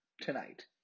tonight